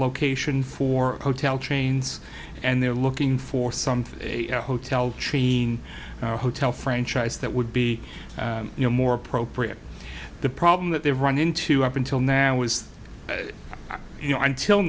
location for hotel trains and they're looking for something a hotel chain hotel franchise that would be more appropriate the problem that they run into up until now was you know until